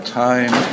time